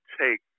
take